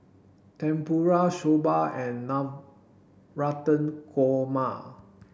Tempura Soba and Navratan Korma